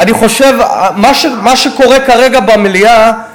אני חושב שמה שקורה כרגע במליאה,